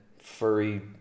furry